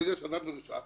ברגע שאדם הורשע,